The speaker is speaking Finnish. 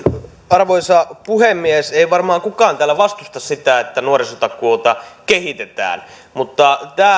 arvoisa puhemies ei varmaan kukaan täällä vastusta sitä että nuorisotakuuta kehitetään mutta tämä